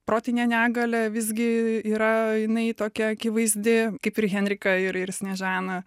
protinė negalia visgi yra jinai tokia akivaizdi kaip ir henrika ir sniežana